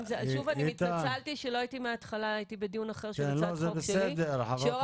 התנצלתי שלא הייתי מהתחלה אבל שיו"ר הוועדה,